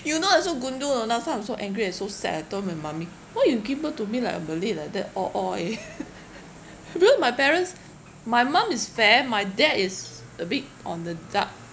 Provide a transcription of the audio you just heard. you know I so gundu ah last time I'm so angry and so sad I told my mummy why you give birth to me like a malay like that orh orh eh because my parents my mum is fair my dad is a bit on the dark